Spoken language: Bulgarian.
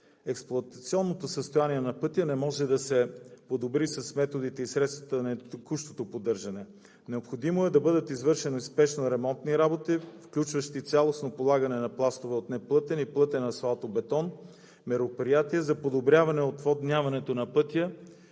експлоатационното състояние на пътя не може да се подобри с методите и средствата на текущото поддържане. Необходимо е спешно да бъдат извършени ремонтни работи, включващи цялостно полагане на пластове от неплътен и плътен асфалтобетон, мероприятия за подобряване отводняването на пътя